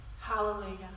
Hallelujah